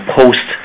post